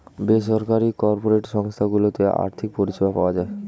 বেসরকারি কর্পোরেট সংস্থা গুলোতে আর্থিক পরিষেবা পাওয়া যায়